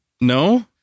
No